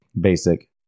basic